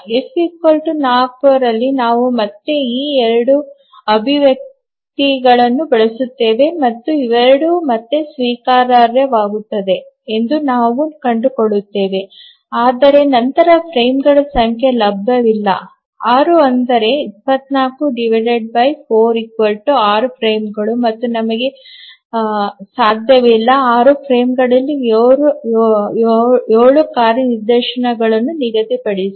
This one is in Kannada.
ಎಫ್ 4 ರಲ್ಲಿ ನಾವು ಮತ್ತೆ ಈ 2 ಅಭಿವ್ಯಕ್ತಿಗಳನ್ನು ಬಳಸುತ್ತೇವೆ ಮತ್ತು ಇವೆರಡೂ ಮತ್ತೆ ಸ್ವೀಕಾರಾರ್ಹವಾಗುತ್ತವೆ ಎಂದು ನಾವು ಕಂಡುಕೊಂಡಿದ್ದೇವೆ ಆದರೆ ನಂತರ ಫ್ರೇಮ್ಗಳ ಸಂಖ್ಯೆ ಲಭ್ಯವಿಲ್ಲ 6 ಅದು 244 6 ಫ್ರೇಮ್ಗಳು ಮತ್ತು ನಮಗೆ ಸಾಧ್ಯವಿಲ್ಲ 6 ಫ್ರೇಮ್ಗಳಲ್ಲಿ 7 ಕಾರ್ಯ ನಿದರ್ಶನಗಳನ್ನು ನಿಗದಿಪಡಿಸಿ